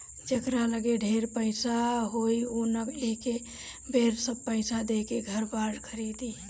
जेकरा लगे ढेर पईसा होई उ न एके बेर सब पईसा देके घर बार खरीदी